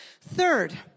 Third